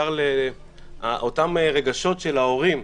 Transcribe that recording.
אותם רגשות של ההורים,